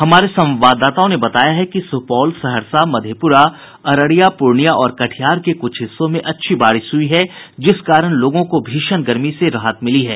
हमारे संवाददाताओं ने बताया है कि सुपौल सहरसा मधेपुरा अररिया पूर्णिया और कटिहार के कुछ हिस्सों में अच्छी बारिश हुई है जिस कारण लोगों को भीषण गर्मी से राहत मिली है